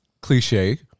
cliche